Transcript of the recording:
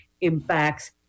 impacts